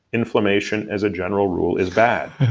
inflammation, as a general rule, is bad.